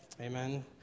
Amen